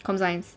com science